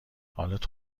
حالت